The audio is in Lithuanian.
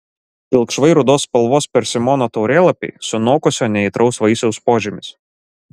pilkšvai rudos spalvos persimono taurėlapiai sunokusio neaitraus vaisiaus požymis